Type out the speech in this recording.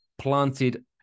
planted